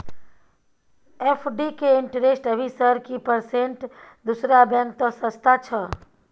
FD के interest अभी sir की परसेंट दूसरा बैंक त सस्ता छः?